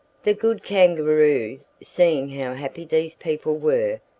the good kangaroo, seeing how happy these people were,